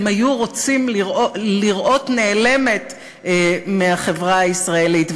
היו רוצים לראות נעלמת מהחברה הישראלית,